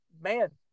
man